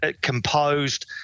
composed